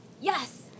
Yes